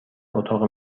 اتاق